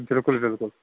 بِلکُل بِلکُل